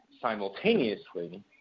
simultaneously